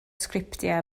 sgriptiau